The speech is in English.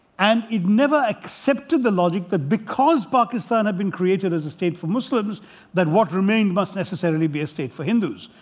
and it never accepted the logic that because pakistan had been created as a state for muslims that what we remained must necessarily be a state for hindus.